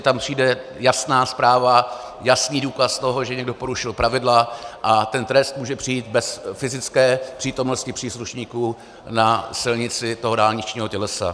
Tam přijde jasná zpráva, jasný důkaz toho, že někdo porušil pravidla, a ten trest může přijít bez fyzické přítomnosti příslušníků na silnici dálničního tělesa.